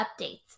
updates